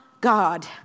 God